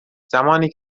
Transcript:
زمانی